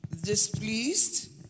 displeased